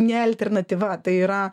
ne alternatyva tai yra